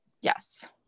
Yes